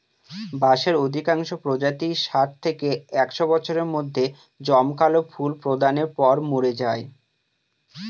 বাঁশের অধিকাংশ প্রজাতিই ষাট থেকে একশ বছরের মধ্যে জমকালো ফুল প্রদানের পর মরে যায়